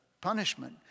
punishment